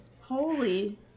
Holy